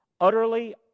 Utterly